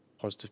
positive